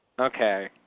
okay